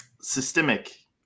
systemic